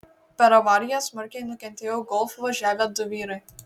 per avariją smarkiai nukentėjo golf važiavę du vyrai